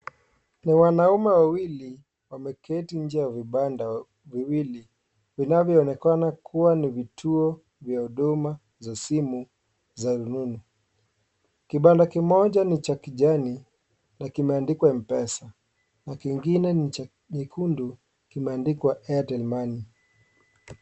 Ni wanaume wawili wameketi nje ya vibanda viwili vinavyoonekana kuwa ni vituo vya huduma vya simu za rununu. Kibanda kimoja ni cha kijani na kimeandikwa MPESA na kingine ni chekundu kimeandikwa AIRTEL MONEY .